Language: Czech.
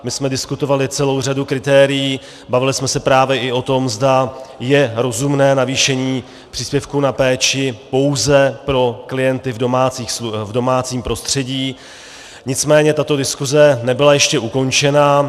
My jsme diskutovali celou řadu kritérií, bavili jsme se právě i o tom, zda je rozumné navýšení příspěvku na péči pouze pro klienty v domácím prostředí, nicméně tato diskuse nebyla ještě ukončena.